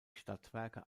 stadtwerke